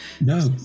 No